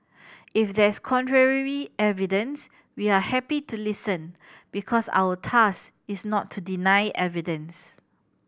if there's contrary evidence we are happy to listen because our task is not to deny evidence